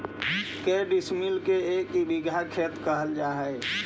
के डिसमिल के एक बिघा खेत कहल जा है?